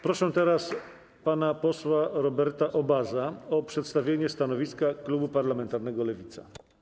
Proszę teraz pana posła Roberta Obaza o przedstawienie stanowiska klubu parlamentarnego Lewica.